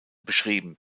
beschrieben